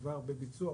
כבר בביצוע,